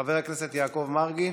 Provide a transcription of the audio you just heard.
חבר הכנסת יעקב מרגי,